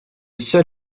sol